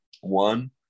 one